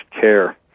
care